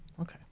Okay